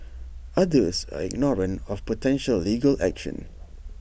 others are ignorant of potential legal action